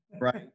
right